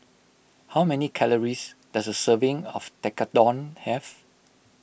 how many calories does a serving of Tekkadon have